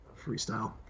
freestyle